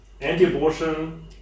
Anti-abortion